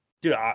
Dude